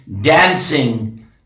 dancing